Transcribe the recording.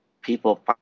people